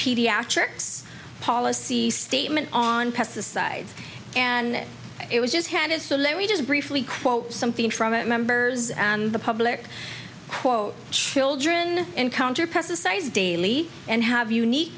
pediatrics policy statement on pesticides and it was just handed so let me just briefly quote something from it members and the public quote children encounter pesticides daily and have unique